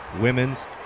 women's